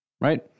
right